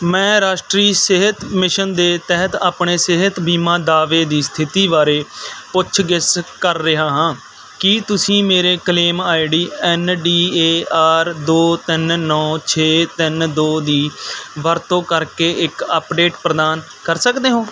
ਮੈਂ ਰਾਸ਼ਟਰੀ ਸਿਹਤ ਮਿਸ਼ਨ ਦੇ ਤਹਿਤ ਆਪਣੇ ਸਿਹਤ ਬੀਮਾ ਦਾਅਵੇ ਦੀ ਸਥਿਤੀ ਬਾਰੇ ਪੁੱਛ ਗਿੱਛ ਕਰ ਰਿਹਾ ਹਾਂ ਕੀ ਤੁਸੀਂ ਮੇਰੇ claim I D N D A R ਦੋ ਤਿੰਨ ਨੌ ਛੇ ਤਿੰਨ ਦੋ ਦੀ ਵਰਤੋਂ ਕਰਕੇ ਇੱਕ ਅੱਪਡੇਟ ਪ੍ਰਦਾਨ ਕਰ ਸਕਦੇ ਹੋ